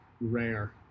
rare